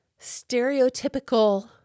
stereotypical